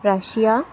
Russia